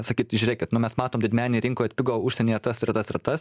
sakyt žiūrėkit nu mes matom didmeninėj rinkoj atpigo užsienyje tas ir tas ir tas